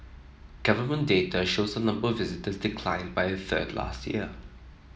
government data shows the number of visitor declined by a third last year